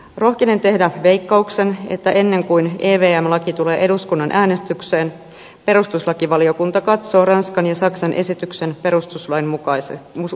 rohkenen tehdä veikkauk sen että ennen kuin evm laki tulee eduskun nan äänestykseen perustuslakivaliokunta katsoo ranskan ja saksan esityksen perustuslain mukaiseksi